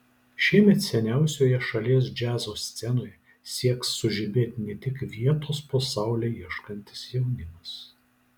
šiemet seniausioje šalies džiazo scenoje sieks sužibėti ne tik vietos po saule ieškantis jaunimas